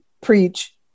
preach